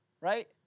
right